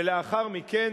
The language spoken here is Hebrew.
ולאחר מכן,